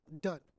done